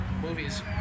Movies